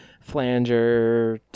flanger